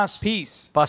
peace